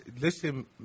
Listen